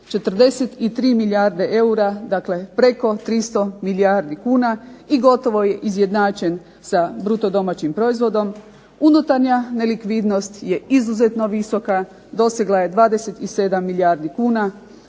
43 milijarde eura, dakle preko 300 milijardi kuna i gotovo je izjednačen sa bruto domaćim proizvodom. Unutarnja nelikvidnost je izuzetno visoka, dosegla je 27 milijardi kuna,